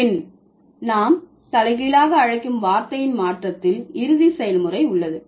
பின் நாம் தலைகீழாக அழைக்கும் வார்த்தையின் மாற்றத்தில் இறுதி செயல்முறை உள்ளது